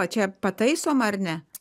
čia pataisoma ar ne